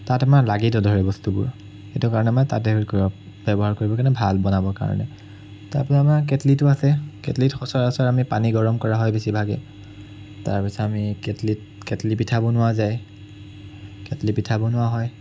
তাত আমাৰ লাগি নধৰে বস্তুবোৰ সেইটো কাৰণে মানে তাত ব্যৱহাৰ কৰিবৰ কাৰণে ভাল বনাবৰ কাৰণে তাৰপৰা আপোনাৰ কেটলিটো আছে কেটলিত সচৰাচৰ আমি পানী গৰম কৰা হয় বেছিভাগেই তাৰপিছত আমি কেটলিত কেটলি পিঠা বনোৱা যায় কেটলি পিঠা বনোৱা হয়